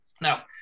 now